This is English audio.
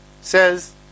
says